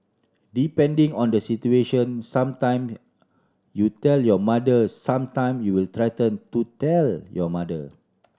depending on the situation some time you tell your mother some time you will threaten to tell your mother